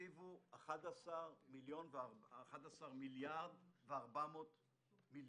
התקציב הוא 11.4 מיליארד שקלים.